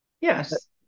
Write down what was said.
Yes